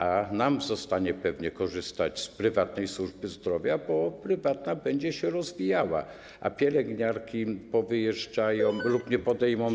A nam pozostanie pewnie korzystać z prywatnej służby zdrowia, bo prywatna będzie się rozwijała, a pielęgniarki powyjeżdżają lub nie podejmą zawodu.